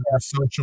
social